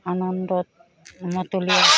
আনন্দত মতলীয়া